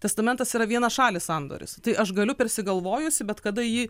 testamentas yra vienašalis sandoris tai aš galiu persigalvojusi bet kada jį